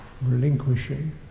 relinquishing